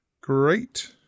Great